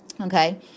Okay